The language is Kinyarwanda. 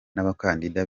n’abakandida